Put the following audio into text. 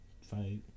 fight